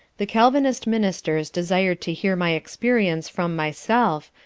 the calvinist ministers desired to hear my experience from myself,